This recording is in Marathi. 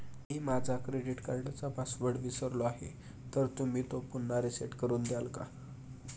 मी माझा क्रेडिट कार्डचा पासवर्ड विसरलो आहे तर तुम्ही तो पुन्हा रीसेट करून द्याल का?